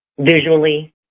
Visually